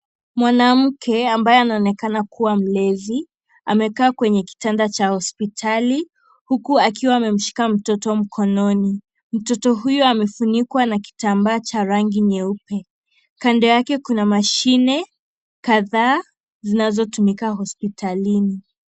Mwanamke ambaye anaonekana kuwa mlezi, amekaa kwenye kitanda cha hospitali. Huku akiwa amemshika mtoto mkononi. Mtoto huyu, amefunikwa na kitambaa cha rangi nyeupe. Kando yake, kuna mashine kadhaa zinazotumika hospitalini.